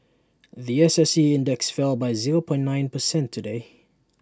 The S S E index fell by zero point nine percent today